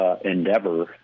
endeavor